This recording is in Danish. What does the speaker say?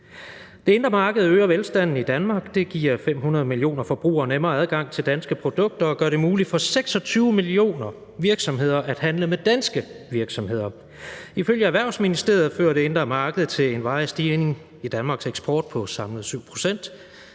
Det indre marked øger velstanden i Danmark, det giver 500 millioner forbrugere nemmere adgang til danske produkter og gør det muligt for 26 millioner virksomheder at handle med danske virksomheder. Ifølge Erhvervsministeriet fører det indre marked til en varig stigning i Danmarks eksport på samlet 7 pct.,